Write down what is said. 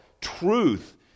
truth